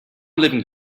leaving